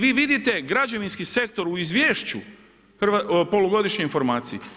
Vi vidite građevinski sektor u izvješću, polugodišnjoj informaciji.